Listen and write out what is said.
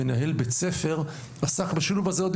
וכאחד שעסק בזה כמנהל בית ספר בשילוב הזה,